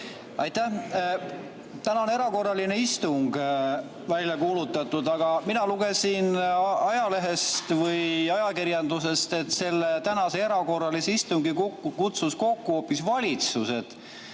Aitäh! Täna on erakorraline istung välja kuulutatud, aga mina lugesin ajakirjandusest, et selle tänase erakorralise istungi kutsus kokku hoopis valitsus.